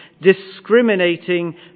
discriminating